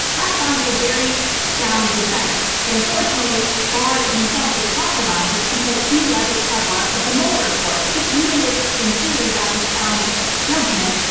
that sounds like a very sound defense, but unfortunately barr himself is compromised because he led the cover-up of the mueller report. so even if in theory that's a sound judgment,